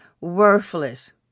worthless